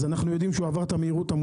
אנחנו יודעים שהוא עבר את המהירות.